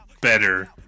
Better